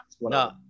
No